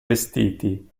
vestiti